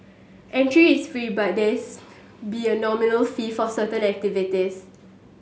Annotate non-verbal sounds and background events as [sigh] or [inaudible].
entry is free but there [unintelligible] be a nominal fee for certain activities